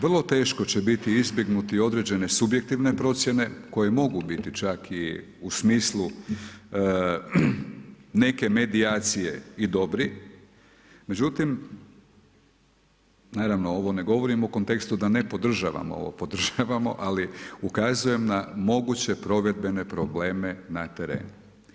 Vrlo teško će biti izbjegnuti određene subjektivne procjene koje mogu biti čak i u smislu neke medijacije i dobri, međutim naravno ovo ne govorimo u kontekstu da ne podržavamo ovo, podržavamo ali ukazujem na moguće provedbene probleme na terenu.